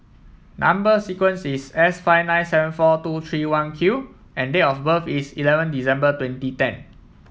number sequence is S five nine seven four two three one Q and date of birth is eleven December twenty ten